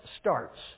starts